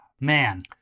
Man